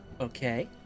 Okay